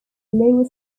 lower